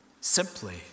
simply